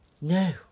No